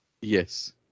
Yes